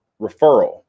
referral